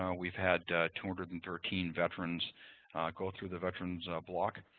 um we've had two hundred and thirteen veterans go through the veterans block.